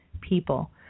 people